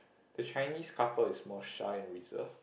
the Chinese couple is more shy and reserved